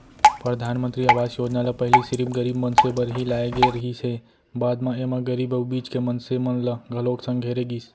परधानमंतरी आवास योजना ल पहिली सिरिफ गरीब मनसे बर ही लाए गे रिहिस हे, बाद म एमा गरीब अउ बीच के मनसे मन ल घलोक संघेरे गिस